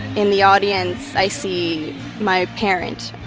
in the audience, i see my parent.